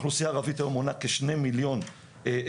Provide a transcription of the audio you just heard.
האוכלוסייה הערבית היום מונה כ-2 מיליון תושבים,